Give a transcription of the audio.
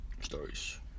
stories